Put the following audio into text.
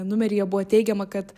numeryje buvo teigiama kad